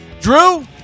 Drew